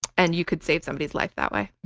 and you could save somebody's life that way.